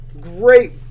Great